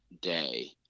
day